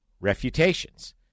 refutations